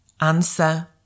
answer